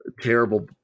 terrible